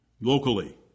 locally